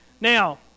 Now